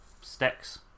sticks